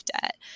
debt